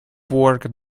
work